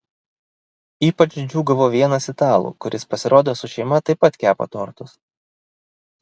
ypač džiūgavo vienas italų kuris pasirodo su šeima taip pat kepa tortus